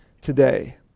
today